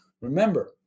Remember